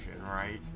right